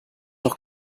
doch